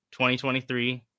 2023